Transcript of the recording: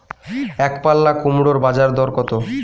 একপাল্লা কুমড়োর বাজার দর কত?